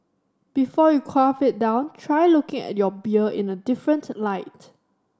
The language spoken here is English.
before you quaff it down try looking at your beer in a different light